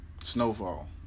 Snowfall